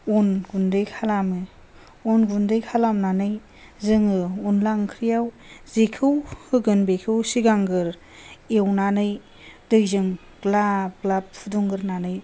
अन गुन्दै खालामो अन गुन्दै खालामनानै जों अनला ओंख्रिआव जेखौ होगोन बेखौ सिगांग्रो एवनानै दैजों ग्लाब ग्लाब फुदुंग्रोनानै दोनो